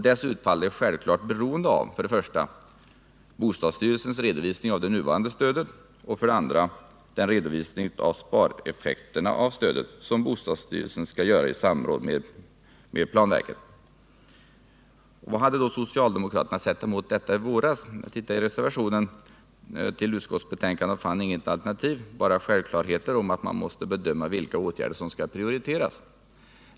Dess utfall är självfallet beroende av, för det första, bostadsstyrelsens redovisning av det nuvarande stödet och, för det andra, den redovisning av spareffekterna av stödet som bostadsstyrelsen skall göra i samråd med planverket. Vad hade socialdemokraterna att sätta mot detta i våras? Jag tittade i reservationen 3 till civilutskottets betänkande 1977/78:31 och fann inget alternativ — bara självklarheter om att man måste bedöma vilka åtgärder som skall prioriteras.